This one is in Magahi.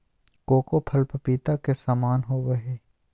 कोको फल पपीता के समान होबय हइ